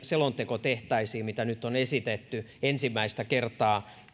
selonteko tehtäisiin mitä nyt on esitetty ensimmäistä kertaa